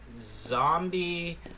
zombie